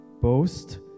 boast